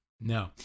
No